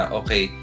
okay